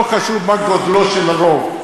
לא חשוב מה גודלו של הרוב.